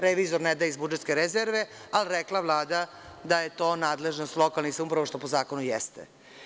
Revizor ne da iz budžetske rezerve, ali rekla Vlada da je to nadležnost lokalnih samouprava, što po zakonu jeste.